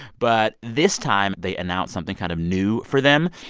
but this time they announced something kind of new for them,